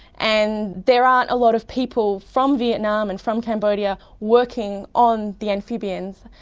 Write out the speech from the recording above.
and there aren't a lot of people from vietnam and from cambodia working on the amphibians,